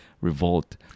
revolt